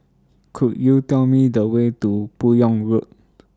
Could YOU Tell Me The Way to Buyong Road